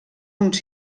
uns